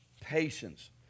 patience